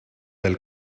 del